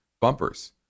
bumpers